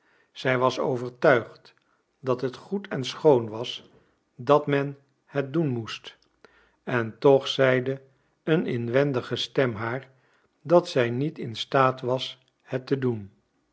zij was overtuigd dat het goed en schoon was dat men het doen moest en toch zeide een inwendige stem haar dat zij niet in staat was het te doen